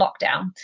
lockdown